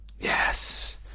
yes